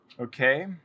Okay